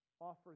Offer